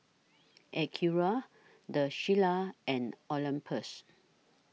Acura The Shilla and Olympus